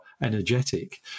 energetic